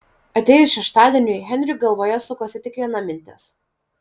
atėjus šeštadieniui henriui galvoje sukosi tik viena mintis